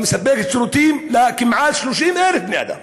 אבל מספקת שירותים לכמעט 30,000 בני אדם.